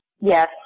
Yes